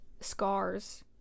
scars